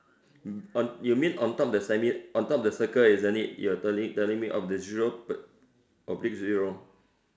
on you mean on top the semi on top of the circle isn't it you're telling me of the zero oblique zero